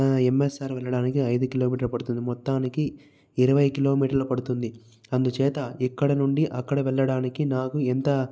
MSR వెళ్ళడానికి ఐదు kilometre పడుతుంది మొత్తానికి ఇరవై కిలోమీటర్లు పడుతుంది అందుచేత ఇక్కడ నుండి అక్కడ వెళ్ళడానికి నాకు ఎంత